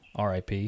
RIP